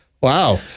Wow